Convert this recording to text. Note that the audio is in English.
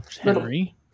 Henry